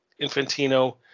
Infantino